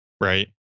Right